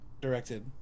directed